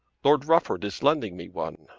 lord rufford is lending me one.